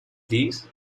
these